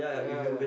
yeah yeah